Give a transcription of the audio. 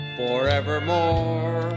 forevermore